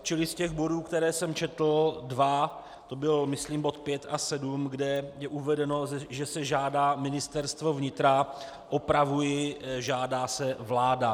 Čili z těch bodů, které jsem četl, dva, to byl myslím bod 5 a 7, kde je uvedeno, že se žádá Ministerstvo vnitra, opravuji žádá se vláda.